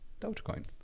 Dogecoin